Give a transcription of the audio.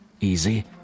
Easy